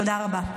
תודה רבה.